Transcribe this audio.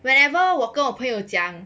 whenever 我跟我朋友讲